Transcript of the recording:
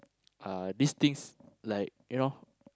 uh these things like you know